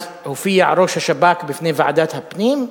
אז הופיע ראש השב"כ בפני ועדת הפנים,